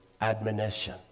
admonition